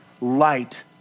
light